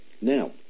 Now